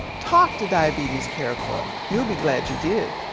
talk to diabetes care club. you'll be glad you did.